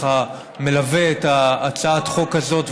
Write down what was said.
שמלווה את הצעת החוק הזאת,